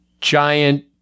giant